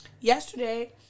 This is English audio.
Yesterday